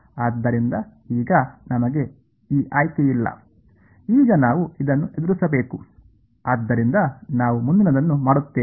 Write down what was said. ಆದ್ದರಿಂದ ಈಗ ನಮಗೆ ಈ ಆಯ್ಕೆ ಇಲ್ಲ ಈಗ ನಾವು ಇದನ್ನು ಎದುರಿಸಬೇಕು ಆದ್ದರಿಂದ ನಾವು ಮುಂದಿನದನ್ನು ಮಾಡುತ್ತೇವೆ